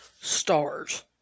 stars